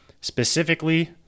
Specifically